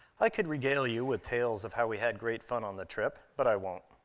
i could regale you with tales of how we had great fun on the trip, but i won't.